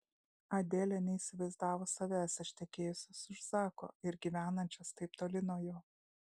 adelė neįsivaizdavo savęs ištekėjusios už zako ir gyvenančios taip toli nuo jo